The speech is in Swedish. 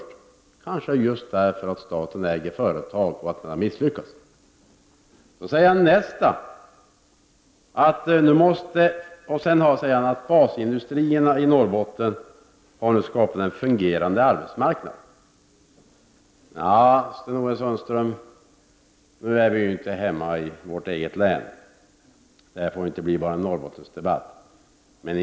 Det är kanske just därför att staten äger företag och att man har misslyckats. Sedan säger Sten-Ove Sundström att basindustrierna i Norrbotten nu har skapat en fungerande arbetsmarknad. Men nu är vi inte hemma i vårt eget län, Sten-Ove Sundström, och det här får inte bli bara en Norrbottensdebatt.